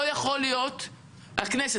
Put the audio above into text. לא יכול להיות הכנסת,